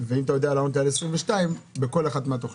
ואם אתה יודע לענות לי על 22', בכל אחת מהתוכניות.